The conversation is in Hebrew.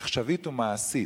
עכשווית ומעשית: